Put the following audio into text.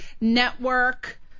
network